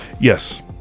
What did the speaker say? Yes